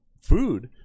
Food